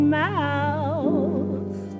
mouth